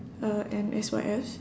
uh and S_Y_Fs